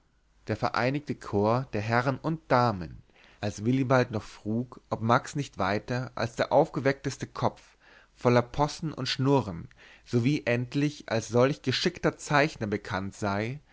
der vereinigte chor der herren und damen als willibald noch frug ob max nicht weiter als der aufgeweckteste kopf voller possen und schnurren sowie endlich als solch geschickter zeichner bekannt sei